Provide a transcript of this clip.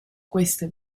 queste